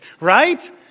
right